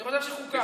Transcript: לחוקה?